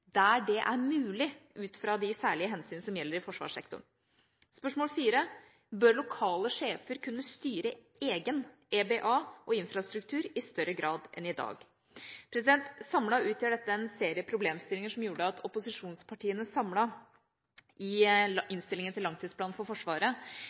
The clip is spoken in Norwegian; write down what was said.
der det er mulig ut fra de særlige hensyn som gjelder i forsvarssektoren? Bør lokale sjefer kunne styre egen EBA og infrastruktur i større grad enn i dag? Samlet utgjør dette en serie problemstillinger som gjorde at opposisjonspartiene samlet i